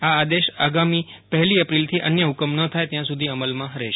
આ આદેશ આગામી પહેલી એપ્રિલથી અન્ય હુકમ ન થાય ત્યાં સુધી અમલમાં રહેશે